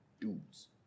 dudes